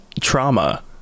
trauma